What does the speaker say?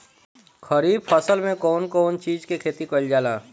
खरीफ फसल मे कउन कउन चीज के खेती कईल जाला?